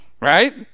Right